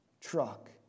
truck